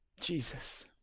Jesus